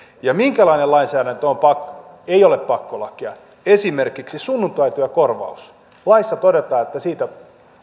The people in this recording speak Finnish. ja minkälainen lainsäädäntö ei ole pakkolakia esimerkiksi sunnuntaityökorvaus laissa todetaan että siitä